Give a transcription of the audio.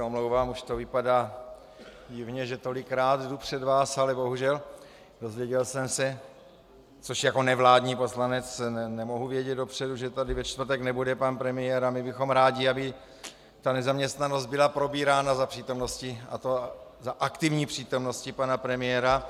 Omlouvám se, už to vypadá divně, že tolikrát jdu před vás, ale bohužel dozvěděl jsem se, což jako nevládní poslanec nemohu vědět dopředu, že tady ve čtvrtek nebude pan premiér, a my bychom rádi, aby nezaměstnanost byla probírána za přítomnosti, a to za aktivní přítomnosti pana premiéra.